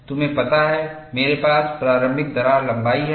तुम्हें पता है मेरे पास प्रारंभिक दरार लंबाई है